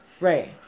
right